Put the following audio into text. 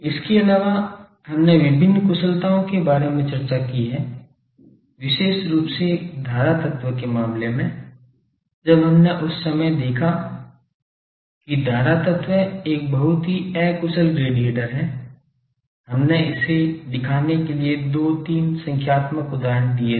इसके अलावा हमने विभिन्न कुशलताओं के बारे में चर्चा की है विशेष रूप से धारा तत्व के मामले में जब हमने उस समय देखा है कि धारा तत्व एक बहुत ही अकुशल रेडिएटर है हमने इसे दिखाने के लिए दो तीन संख्यात्मक उदाहरण लिए हैं